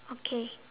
okay